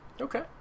Okay